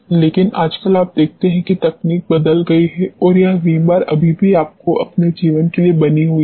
लेकिन आजकल आप देखते हैं कि तकनीक बदल गई है और यह विम बार अभी भी अपने जीवन के लिए बनी हुई है